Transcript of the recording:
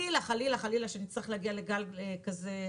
שאם חלילה נצטרך להגיע לגל הבא,